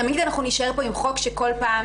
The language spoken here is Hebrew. תמיד אנחנו נישאר פה עם חוק שכל פעם